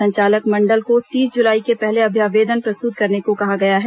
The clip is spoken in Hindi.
संचालक मंडल को तीस जुलाई के पहले अभ्यावेदन प्रस्तुत करने कहा गया है